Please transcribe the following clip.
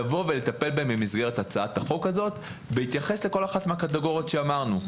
לטפל בהם במסגרת הצעת החוק הזאת בהתייחס לכל אחת מהקטגוריות שאמרנו.